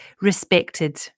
respected